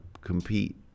compete